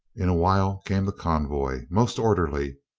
in a while came the convoy, most orderly.